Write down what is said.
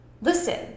listen